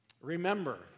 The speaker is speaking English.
Remember